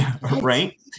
Right